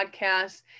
Podcasts